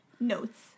notes